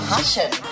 Passion